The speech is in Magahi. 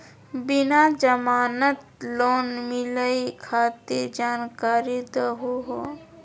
बिना जमानत लोन मिलई खातिर जानकारी दहु हो?